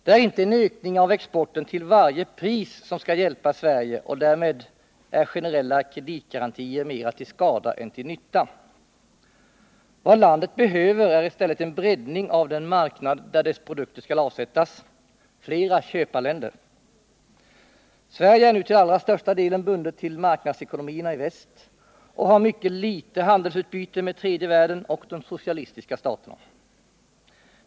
Det är inte en ökning av exporten till varje pris som skall hjälpa Sverige, och därmed är generella kreditgarantier mera till skada än till nytta. Vad landet behöver är i stället en breddning av den marknad där dess produkter skall avsättas till flera köparländer. Sverige är nu till allra största delen bundet till marknadsekonomierna i väst och har mycket litet handelsutbyte med tredje världen och de socialistiska staterna.